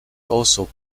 also